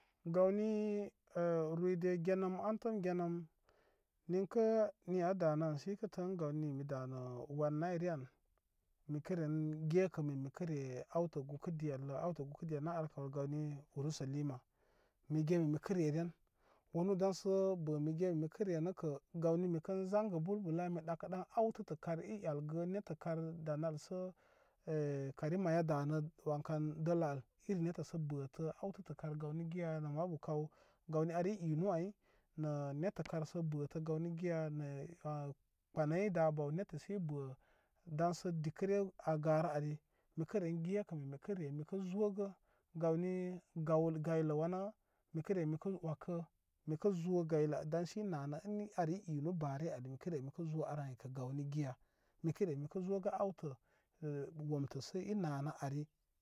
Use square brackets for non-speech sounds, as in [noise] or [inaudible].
Gawni əh ruyde genəm an təm genəm. Ninkə ni adanə an se ikə tə in gawni ni mi danə wan nayrə an mikə gekə min mikəre awtə gukə di allə awtə gukə di al nə ar kaw gawni urusalima mige min mikə reren wanu daŋsə bə min mi ge min mikə renə kə gawni mikən zaŋgə bə bulbula mi ɗakə ɗan awtətə kar i el gə nettə kar danə al sə e karimaya danə wankan dəl aliri nettə sə bətə awtətə kaw gawni giya nə mabu kaw gawnu ar i inu ay nə nettə karsə bətə gawni giya nə kpənə yi dabə ibə dansə dikəre a garə ari mikə ré gekə min mikə ré mikə zogə gawni gaw gaylə wanə mikə re mikən wəkə mikə zo gaylə daŋsə i nanə ən ar i inu bane ali mikə re mikə zo ar ay gawni giya mikə re mikə zo gə awtə [hesitation] womtə sə i nanə ari.